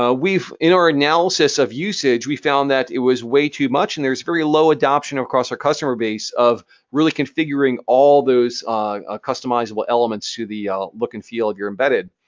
ah we've, in our analysis of usage, we found that it was way too much, and there's very low adoption across our customer base of really configuring all those customizable elements to the look and feel of your embedded.